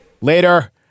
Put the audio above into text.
Later